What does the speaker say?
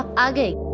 again.